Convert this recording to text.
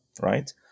right